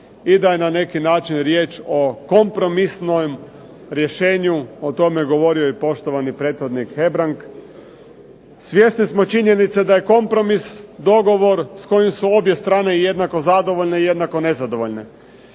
i da je na neki način riječ o kompromisnom rješenju, o tome je govorio i poštovani prethodnik Hebrang. Svjesni smo činjenice da je kompromis dogovor s kojim su obje strane jednako zadovoljne i jednako nezadovoljne.